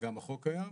וגם החוק קיים.